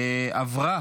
נתקבל.